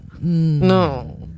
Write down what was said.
No